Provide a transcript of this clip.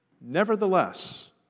Nevertheless